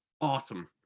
awesome